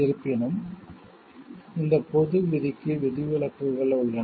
இருப்பினும் இந்த பொது விதிக்கு விதிவிலக்குகள் உள்ளன